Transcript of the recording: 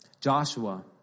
Joshua